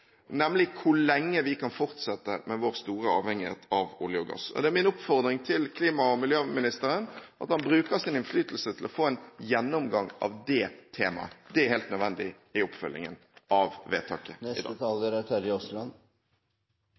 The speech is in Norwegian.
nemlig hvor lenge vi kan fortsette med vår store avhengighet av olje og gass. Og det er min oppfordring til klima- og miljøministeren at han bruker sin innflytelse til å få en gjennomgang av det temaet. Det er helt nødvendig i oppfølgingen av vedtaket. Debatten har jo vært forholdsvis rolig, og det er